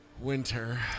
winter